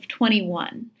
21